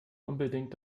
unbedingt